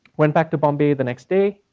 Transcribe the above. went back to bombay the next day.